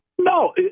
No